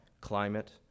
climate